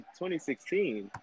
2016